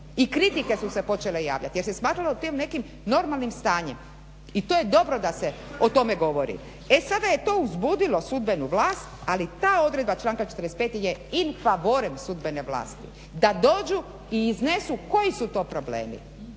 I kritike su se počele javljati jer se smatralo to nekim normalnim stanjem. I to je dobro da se o tome govori. E sada je to uzbudilo sudbenu vlast, ali ta odredba članka 45. je in favorem sudbene vlasti da dođu i iznesu koji su to problemi.